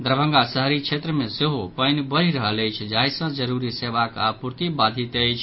दरभंगा शहरी क्षेत्र मे सेहो पानि बढ़ि रहल अछि जाहि सँ जरूरी सेवाक आपूर्ति बाधित अछि